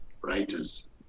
writers